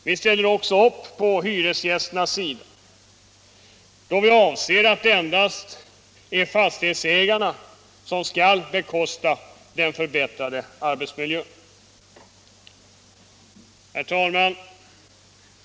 Vi ställer också upp på hyresgästernas sida, då vi anser att det endast är fastighetsägarna som skall bekosta den förbättrade arbetsmiljön.